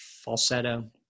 falsetto